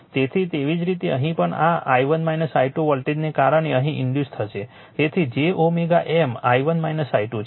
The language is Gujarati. તેથી તેવી જ રીતે અહીં પણ આ i1 i2 વોલ્ટેજને કારણે અહીં ઇન્ડ્યુસ થશે તેથી j M i1 i2 છે